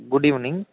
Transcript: good evening